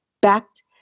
backed